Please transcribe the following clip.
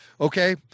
Okay